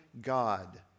God